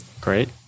Great